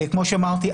כמו שאמרתי,